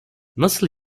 nasıl